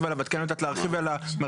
עליו אבל את כן יודעת להרחיב על המחקרים,